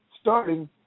starting